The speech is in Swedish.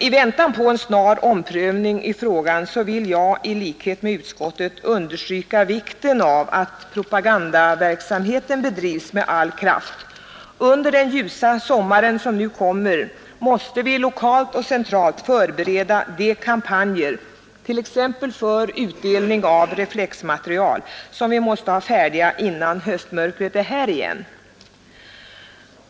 I väntan på en snar omprövning av frågan vill jag i likhet med utskottet understryka vikten av att propagandaverksamheten bedrivs med all kraft. Under den ljusa sommaren, som nu kommer, måste vi lokalt och centralt förbereda de kampanjer, t.ex. för utdelning av reflexmaterial, som måste vara genomförda innan höstmörkret är här igen.